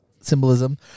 symbolism